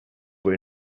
were